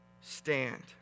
stand